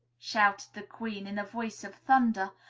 shouted the queen in a voice of thunder,